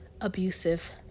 abusive